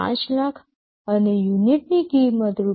૫ લાખ અને યુનિટની કિંમત રૂ